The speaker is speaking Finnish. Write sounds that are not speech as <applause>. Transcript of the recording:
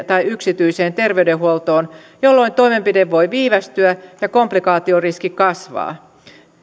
<unintelligible> tai yksityiseen terveydenhuoltoon jolloin toimenpide voi viivästyä ja komplikaatioriski kasvaa